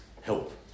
help